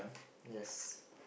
yes